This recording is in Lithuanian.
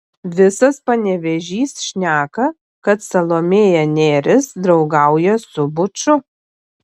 visas panevėžys šneka kad salomėja nėris draugauja su buču